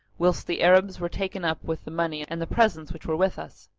whilst the arabs were taken up with the money and the presents which were with us.